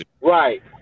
Right